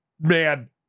Man